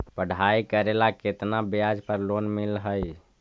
पढाई करेला केतना ब्याज पर लोन मिल हइ?